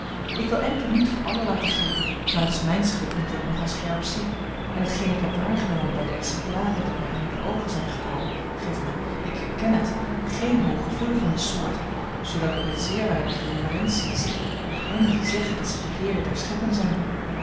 ik wil enkelen niet voor allen laten gelden maar het is mijne schuld niet dat ik nogal scherp zie en t geen ik heb waargenomen bij de exemplaren die mij onder de oogen zijn gekomen geeft mij ik erken het geen hoog gevoelen van de soort zoodat ik met zeer weinig reverentie zie op hen die zeggen dat ze de heeren der schepping zijn